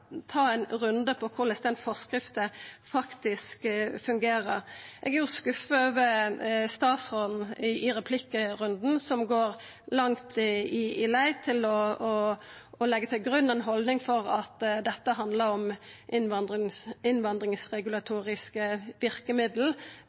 ta ein runde på korleis forskrifta faktisk fungerer. Eg er skuffa over statsråden i replikkrunden, som går langt i å leggja til grunn ei haldning om at dette handlar om